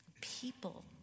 People